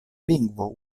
lingvo